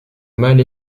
mâles